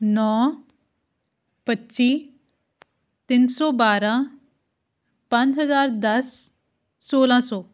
ਨੌਂ ਪੱਚੀ ਤਿੰਨ ਸੌ ਬਾਰ੍ਹਾਂ ਪੰਜ ਹਜ਼ਾਰ ਦਸ ਸੋਲ੍ਹਾਂ ਸੌ